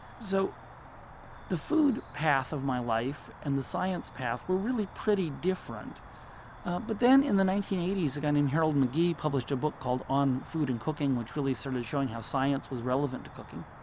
so the food path of my life and the science path were really pretty different but then in the nineteen eighty s, a guy named harold mcgee published a book called on food and cooking, which really was sort of showing how science was relevant to cooking.